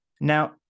Now